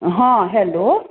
हॅं हेल्लो